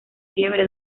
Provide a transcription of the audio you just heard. fiebre